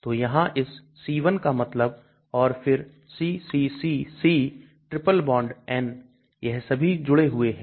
तो यहां इस c1 का मतलब और फिर cccC ट्रिपल बॉन्ड N यह सभी जुड़े हुए हैं